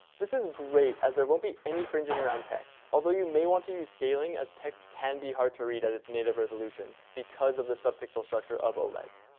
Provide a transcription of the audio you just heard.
this is great as there won't be any fringing around text, although you may want to use scaling, as text can be hard to read at it's native resolution, because of the sub-pixel structure of oleds.